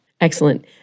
excellent